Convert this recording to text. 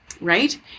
right